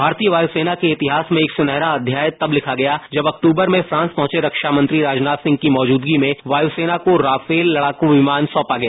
भारतीय वायुसेना के इतिहास में एक सुनहरा अध्याय तब लिखा गया जब अक्तूबर में फ्रांस पहुंचे रक्षामंत्री राजनाथ सिहं की मौजूदगी में वायु सेना को राफेल लड़ाकू विमान सौंपा गया